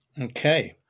Okay